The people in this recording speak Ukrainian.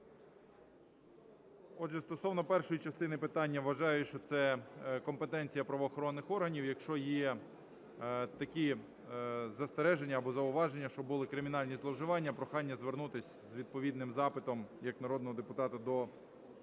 Отже, стосовно першої частини питання, вважаю, що це компетенція правоохоронних органів. Якщо є такі застереження або зауваження, що були кримінальні зловживання, прохання звернутись з відповідним запитом як народного депутата до